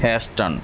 Houston